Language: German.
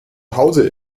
hause